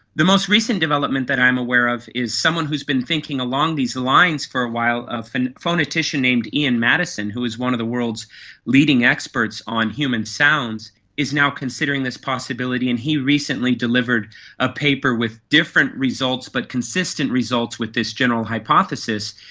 the most recent development that i'm aware of is someone who has been thinking along these lines for a while, a and phonetician named ian maddieson who is one of the world's leading experts on human sounds is now considering this possibility and he recently delivered a paper with different results but consistent results with this general hypothesis.